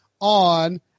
on